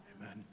Amen